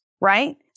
right